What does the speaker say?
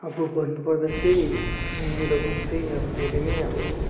अब भन्नुपर्दा चाहिँ मेरो गाउँ चाहिँ अब धेरै नै अब